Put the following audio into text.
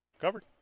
Covered